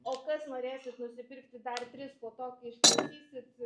o kas norėsit nusipirkti dar tris po to kai išklausysit